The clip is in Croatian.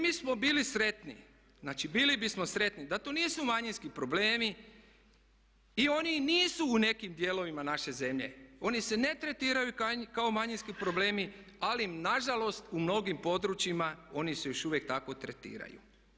Mi smo bili sretni, znači bili bismo sretni da to nisu manjinski problemi i oni nisu u nekim dijelovima naše zemlje, oni se ne tretiraju kao manjinski problemi ali im na žalost u mnogim područjima oni se još uvijek tako tretiraju.